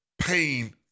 pain